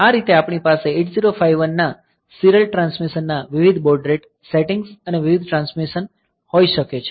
આ રીતે આપણી પાસે 8051 ના સીરીયલ ટ્રાન્સમિશન ના વિવિધ બોડ રેટ સેટિંગ્સ અને વિવિધ ટ્રાન્સમિશન હોઈ શકે છે